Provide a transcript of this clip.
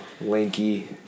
lanky